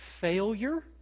failure